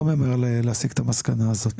לא ממהר להסיק את המסקנה הזאת,